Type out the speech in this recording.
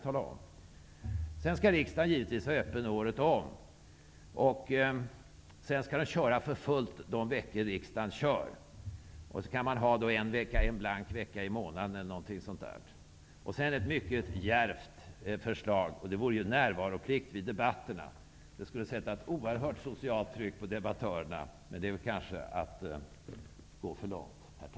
Riksdagen skall givetvis vara öppen året om och arbeta effektivt de veckor man är i gång. Man skulle kunna ha en tom vecka i månaden t.ex. Ett mycket djärvt förslag är att man skulle ha närvaroplikt vid debatterna. Det skulle sätta ett stort socialt tryck på debattörerna. Men det kanske är att gå för långt.